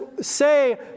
say